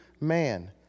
man